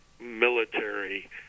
military